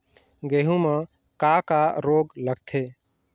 गेहूं म का का रोग लगथे?